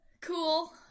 Cool